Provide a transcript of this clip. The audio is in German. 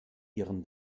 ihren